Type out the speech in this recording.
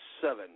seven